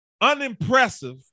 unimpressive